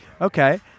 okay